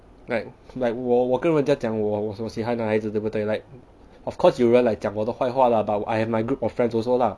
like like 我我跟人家讲我我我喜欢男孩子对不对 like of course 有人讲我的坏话 lah but I have my group of friends also lah